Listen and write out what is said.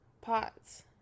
pots